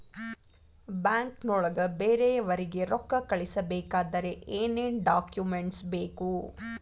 ಬ್ಯಾಂಕ್ನೊಳಗ ಬೇರೆಯವರಿಗೆ ರೊಕ್ಕ ಕಳಿಸಬೇಕಾದರೆ ಏನೇನ್ ಡಾಕುಮೆಂಟ್ಸ್ ಬೇಕು?